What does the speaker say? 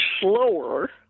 slower